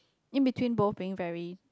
in between both very